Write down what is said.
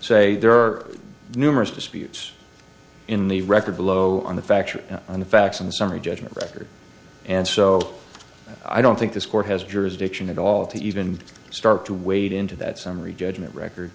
say there are numerous disputes in the record below on the factual on the facts and the summary judgment record and so i don't think this court has jurisdiction at all to even start to wade into that summary judgment record